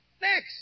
Next